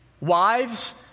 Wives